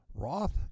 Roth